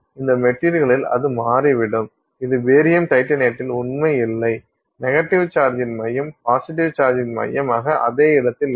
இந்த மெட்டீரியல்ளில் அது மாறிவிடும் இது பேரியம் டைட்டனேட்டில் உண்மையல்ல நெகட்டிவ் சார்ஜின் மையம் பாசிட்டிவ் சார்ஜின் மையமாக அதே இடத்தில் இல்லை